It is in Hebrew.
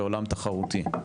בעולם תחרותי.